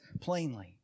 plainly